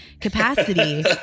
capacity